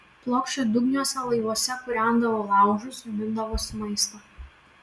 plokščiadugniuose laivuose kūrendavo laužus gamindavosi maistą